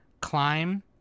climb